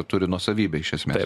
turi nuosavybę iš esmės